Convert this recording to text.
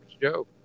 Joe